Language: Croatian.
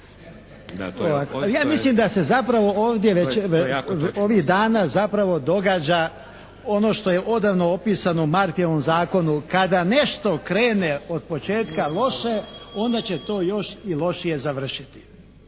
Zlatko (HSLS)** … ovih dana zapravo događa ono što je odavno opisano Murphyevom zakonu kada nešto krene od početka loše onda će to još i lošije završiti.